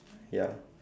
ya